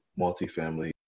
multifamily